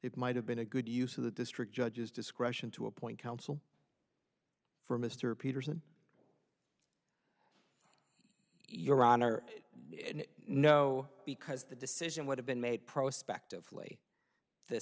it might have been a good use of the district judge's discretion to appoint counsel for mr peterson your honor no because the decision would have been made prospect of lee th